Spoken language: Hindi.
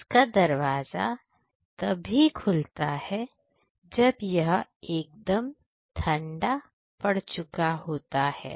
इसका दरवाजा तभी खुलता है जब यह एकदम ठंडा पड़ चुका होता है